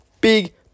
big